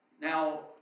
Now